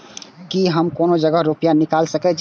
की हम कोनो जगह रूपया निकाल सके छी?